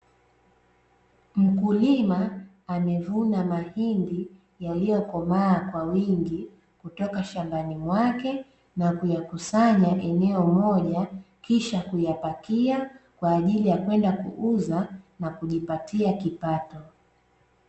Mkulima amevuna mahindi yaliyokomaa kwa wingi kutoka shambani mwake, na kuyakusanya eneo moja kisha kuyapakia kwa ajili ya kwenda kuuza na kujipatia kipato.